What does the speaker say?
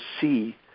see